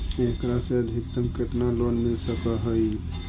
एकरा से अधिकतम केतना लोन मिल सक हइ?